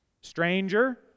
Stranger